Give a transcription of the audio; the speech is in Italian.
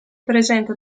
presenta